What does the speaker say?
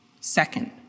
Second